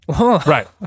Right